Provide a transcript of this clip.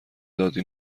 داده